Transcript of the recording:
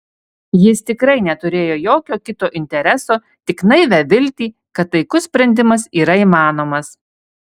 jis tikrai neturėjo jokio kito intereso tik naivią viltį kad taikus sprendimas yra įmanomas